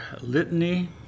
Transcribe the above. litany